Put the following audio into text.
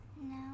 No